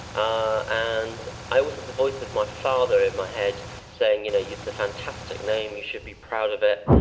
ah and i always had the voice of my father in my head saying, you know it's a fantastic name, you should be proud of it.